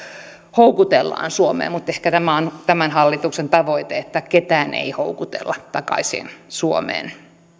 houkutellaan suomeen mutta ehkä tämä on tämän hallituksen tavoite että ketään ei houkutella takaisin suomeen